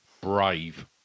Brave